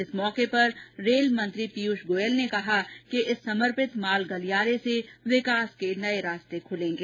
इस अवसर पर रेल मंत्री पीयूष गोयल ने कहा कि इस समर्पित माल गलियारे से नए रास्ते खुलेंगे